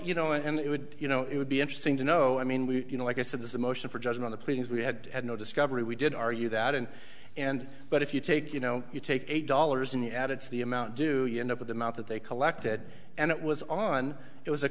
you know and it would you know it would be interesting to know i mean we you know like i said this is a motion for judgment on the pleadings we had had no discovery we did are you that and and but if you take you know you take eight dollars in the added to the amount do you end up with the amount that they collected and it was on it was a